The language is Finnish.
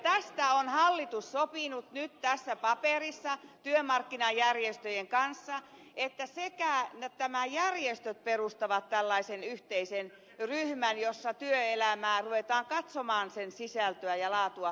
tästä on hallitus sopinut nyt tässä paperissa työmarkkinajärjestöjen kanssa että nämä järjestöt perustavat tällaisen yhteisen ryhmän jossa työelämää ruvetaan katsomaan sen sisältöä ja laatua